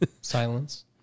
Silence